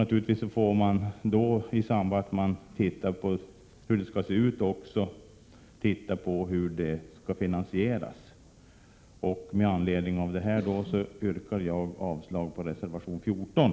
Naturligtvis får man i samband med en sådan utredning också studera hur detta skall finansieras. Med anledning härav yrkar jag avslag på reservation 14.